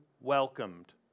welcomed